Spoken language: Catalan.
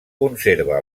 conserva